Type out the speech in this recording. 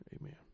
Amen